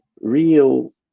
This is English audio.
real